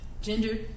gender